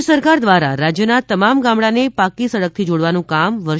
રાજ્ય સરકાર રાજ્યના તમામ ગામડાને પાક્કી સડકથી જોડવાનું કામ વર્ષ